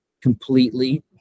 Completely